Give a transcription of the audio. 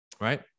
right